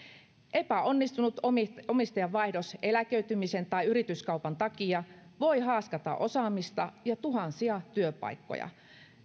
epäonnistunut omistajanvaihdos eläköitymisen tai yrityskaupan takia voi haaskata osaamista ja tuhansia työpaikkoja